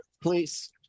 please